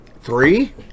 Three